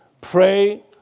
pray